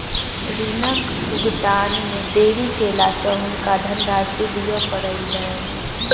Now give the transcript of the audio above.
ऋणक भुगतान मे देरी केला सॅ हुनका धनराशि दिअ पड़लैन